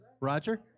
Roger